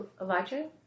Elijah